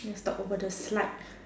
let's talk about the slides